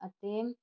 ਅਤੇ